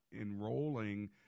enrolling